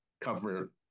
cover